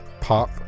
Pop